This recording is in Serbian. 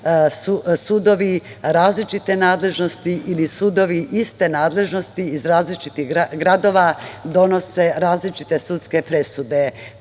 sudovi različite nadležnosti ili sudovi iste nadležnosti iz različitih gradova donose različite sudske presude.